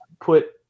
put